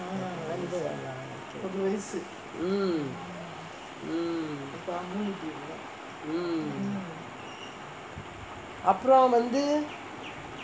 mm அப்ரோ வந்து:apro vanthu